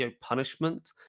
punishment